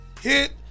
hit